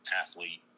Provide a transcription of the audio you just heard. athlete